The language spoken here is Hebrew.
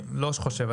אני לא חושב,